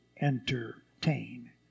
entertain